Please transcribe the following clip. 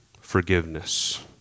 forgiveness